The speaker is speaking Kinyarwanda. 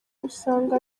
usanga